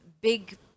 big